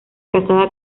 casada